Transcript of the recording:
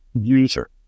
user